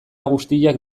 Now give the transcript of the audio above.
guztiak